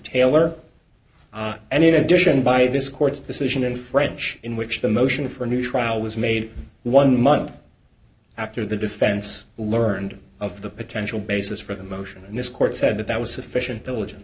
addition by this court's decision in french in which the motion for a new trial was made one month after the defense learned of the potential basis for the motion and this court said that that was sufficient diligence